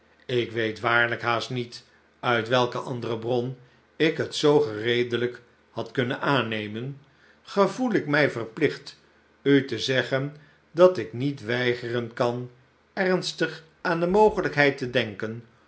ik w'eet waarhjk haast niet uit welke andere bron ik het zoo gereedelijk had kunnen aannemen gevoel ik mij verplicht u te zeggen dat ik niet weigeren kan ernstig aan de mogelijkheid te denken